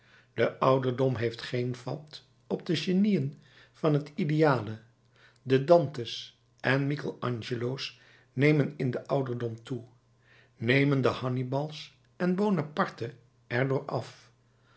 de ouderdom heeft geen vat op de genieën van het ideale de dante's en michel angelo's nemen in den ouderdom toe nemen de hannibal's en bonaparte's er door af